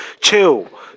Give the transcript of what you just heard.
chill